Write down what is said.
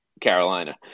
Carolina